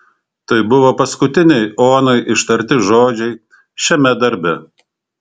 tai buvo paskutiniai onai ištarti žodžiai šiame darbe